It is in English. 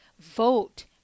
vote